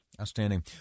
Outstanding